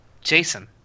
Jason